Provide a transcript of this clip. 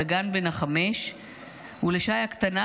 דגן בן החמש ושי הקטנה,